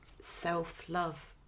self-love